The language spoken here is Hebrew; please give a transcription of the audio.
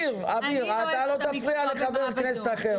אביר, אתה לא תפריע לחבר כנסת אחר.